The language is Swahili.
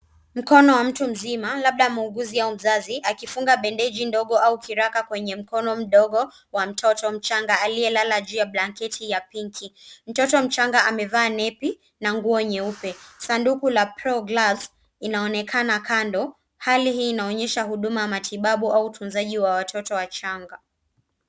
Mkono wa mtu mzima, labda muuguzi au mzazi akifunga bendeji ndogo au kiraka kwenye mkono mdogo wa mtoto mchanga aliyelala juu ya blanketi ya pinki. Mtoto mchanga amevaa nepi na nguo nyeupe. Sanduku la pro gloves inaonekana kando. Hali hii inaonyesha huduma ya matibabu au utunzaji wa watoto wachanga.